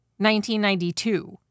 1992